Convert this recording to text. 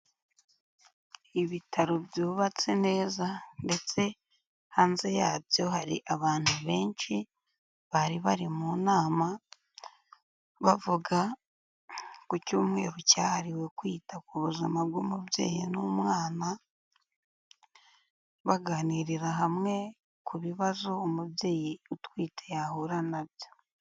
Ibitaro byubatse neza ndetse hanze yabyo hari abantu benshi bari bari mu nama, bavuga ku cyumweru cyahariwe kwita ku buzima bw'umubyeyi n'umwana, baganirira hamwe ku bibazo umubyeyi utwite yahura na byo.